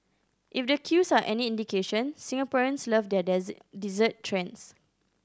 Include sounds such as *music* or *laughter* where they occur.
if the queues are any indication Singaporeans love their *unintelligible* dessert trends